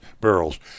barrels